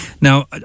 Now